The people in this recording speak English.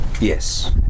Yes